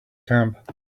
camp